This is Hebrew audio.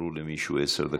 שאמרו למישהו עשר דקות.